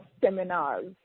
seminars